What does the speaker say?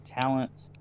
talents